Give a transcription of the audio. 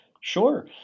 Sure